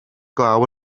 glaw